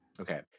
Okay